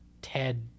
Ted